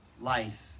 life